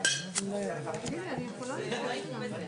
הוא לא יהודי לפי ההלכה.